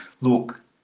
look